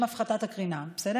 אז טופל הקו לשם הפחתת הקרינה, בסדר?